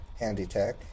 handytech